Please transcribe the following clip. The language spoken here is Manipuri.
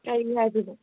ꯀꯔꯤ ꯍꯥꯏꯕꯅꯣ